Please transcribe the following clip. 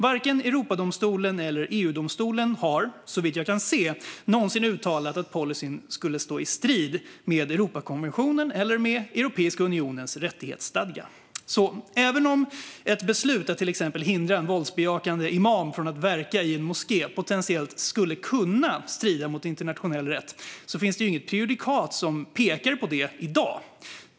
Varken Europadomstolen eller EU-domstolen har, såvitt jag kan se, någonsin uttalat att policyn skulle stå i strid med Europakonventionen eller Europeiska unionens rättighetsstadga. Även om ett beslut att till exempel hindra en våldsbejakande imam från att verka i en moské potentiellt skulle kunna strida mot internationell rätt finns det inget prejudikat som pekar på detta i dag.